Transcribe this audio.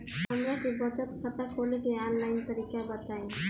हमरा के बचत खाता खोले के आन लाइन तरीका बताईं?